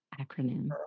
acronym